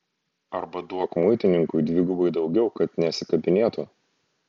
arba duok muitininkui dvigubai daugiau kad nesikabinėtų